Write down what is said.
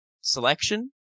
selection